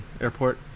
airport